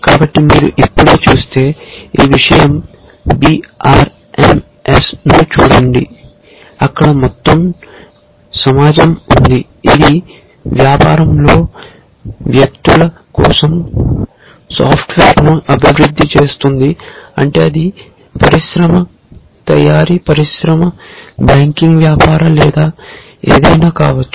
కాబట్టి మీరు ఇప్పుడే చూస్తే ఈ విషయం BRMS ను చూడండి అక్కడ మొత్తం సమాజం ఉంది ఇది వ్యాపారంలో వ్యక్తుల కోసం సాఫ్ట్వేర్ను అభివృద్ధి చేస్తోంది అంటే అది పరిశ్రమ తయారీ పరిశ్రమ బ్యాంకింగ్ వ్యాపారం లేదా ఏదైనా కావచ్చు